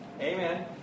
Amen